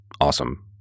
awesome